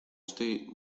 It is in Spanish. estoy